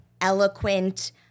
eloquent